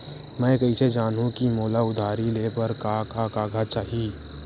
मैं कइसे जानहुँ कि मोला उधारी ले बर का का कागज चाही?